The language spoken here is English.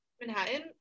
Manhattan